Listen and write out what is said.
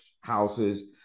houses